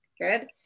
Good